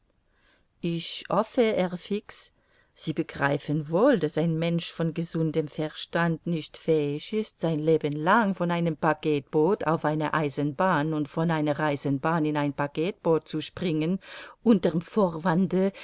ich hoffe herr fix sie begreifen wohl daß ein mensch von gesundem verstand nicht fähig ist sein leben lang von einem packetboot auf eine eisenbahn und von einer eisenbahn in ein packetboot zu springen unter'm vorwande